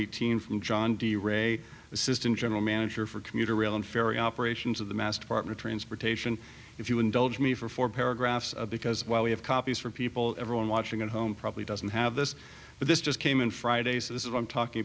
eighteen from john d ray assistant general manager for commuter rail and ferry operations of the mass department transportation if you indulge me for four paragraphs because while we have copies for people everyone watching at home probably doesn't have this but this just came in friday so this is i'm talking